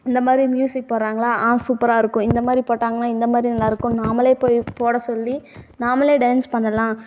இந்த மாதிரி மியூசிக் போடுறாங்களா ஆ சூப்பராக இருக்கும் இந்த மாதிரி போட்டாங்கனால் இந்த மாதிரி நல்லாயிருக்கும் நாமளே போய் போட சொல்லி நாமளே டான்ஸ் பண்ணலாம்